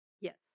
Yes